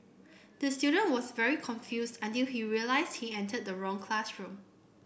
the student was very confused until he realised he entered the wrong classroom